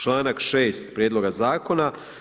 Članak 6. Prijedloga zakona.